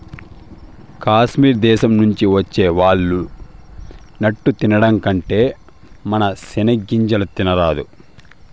కాశ్మీర్ దేశం నుంచి వచ్చే వాల్ నట్టు తినడం కంటే మన సెనిగ్గింజలు తినరాదా